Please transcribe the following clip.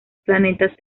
planetas